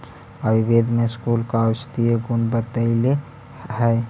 आयुर्वेद में स्कूल का औषधीय गुण बतईले हई